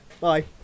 Bye